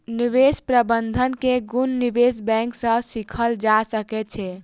निवेश प्रबंधन के गुण निवेश बैंक सॅ सीखल जा सकै छै